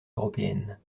européennes